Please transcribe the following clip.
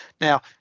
Now